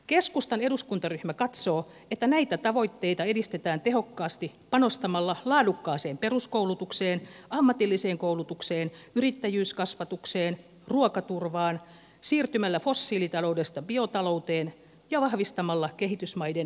keskustan eduskuntaryhmä katsoo että näitä tavoitteita edistetään tehokkaasti panostamalla laadukkaaseen peruskoulutukseen ammatilliseen koulutukseen yrittäjyyskasvatukseen ruokaturvaan siirtymällä fossiilitaloudesta biotalouteen ja vahvistamalla kehitysmaiden yksityistä sektoria